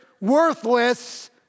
worthless